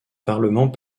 parlement